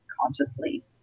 consciously